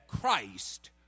Christ